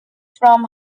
from